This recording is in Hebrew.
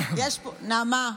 נעמה,